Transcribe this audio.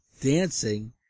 dancing